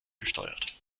gesteuert